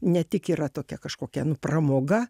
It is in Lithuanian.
ne tik yra tokia kažkokia nu pramoga